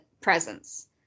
presence